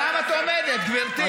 למה את עומדת, גברתי?